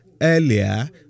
earlier